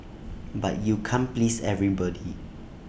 but you can't please everybody